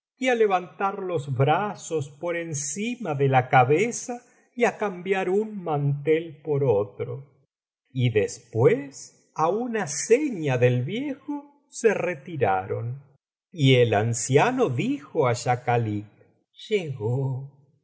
y á levantar los brazos por encima de biblioteca valenciana generalitat valenciana historia del jorobado la cabeza y á cambiar un mantel por otro y después á una seña del viejo se retiraron y el anciano dijo árschakalik llegó oh